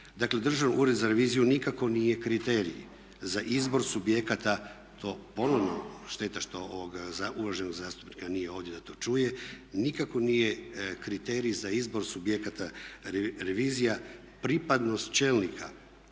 Državni ured za reviziju nikako nije kriterij za izbor subjekata, to ponovno šteta što ovog uvaženog zastupnika nema ovdje da to čuje, nikako nije kriterij za izbor subjekata revizije, pripadnost čelnika